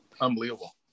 Unbelievable